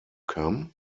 come